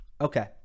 Okay